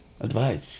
Advice